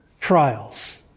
trials